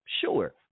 Sure